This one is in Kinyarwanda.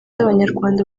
abanyarwanda